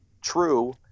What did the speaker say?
true